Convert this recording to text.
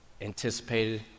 anticipated